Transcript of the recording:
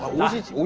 not in